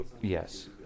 yes